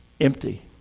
empty